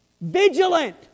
vigilant